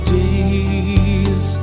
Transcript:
days